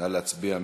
נא להצביע.